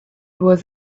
was